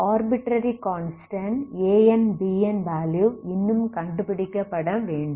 arbitrary constant An Bn value இன்னமும் கண்டுபிடிக்கப்பட வேண்டும்